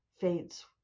fades